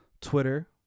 Twitter